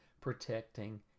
protecting